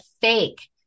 fake